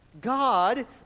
God